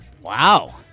Wow